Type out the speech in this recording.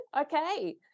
okay